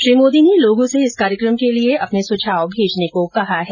श्री मोदी ने लोगों से इस कार्यक्रम के लिए अपने विचार भेजने को कहा है